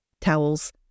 towels